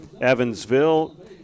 Evansville